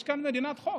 יש כאן מדינת חוק.